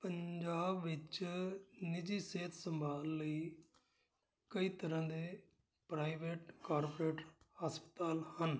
ਪੰਜਾਬ ਵਿੱਚ ਨਿੱਜੀ ਸਿਹਤ ਸੰਭਾਲ ਲਈ ਕਈ ਤਰ੍ਹਾਂ ਦੇ ਪ੍ਰਾਈਵੇਟ ਕਾਰਪੋਰੇਟ ਹਸਪਤਾਲ ਹਨ